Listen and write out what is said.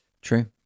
True